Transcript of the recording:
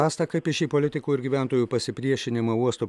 asta kaip į šį politikų ir gyventojų pasipriešinimą uosto